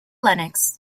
lennox